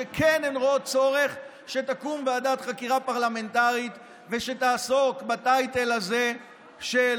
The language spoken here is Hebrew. שהן כן רואות צורך שתקום ועדת חקירה פרלמנטרית שתעסוק בטייטל הזה של